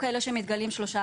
או כאלה שמתגלים בהם 3,